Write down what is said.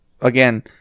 again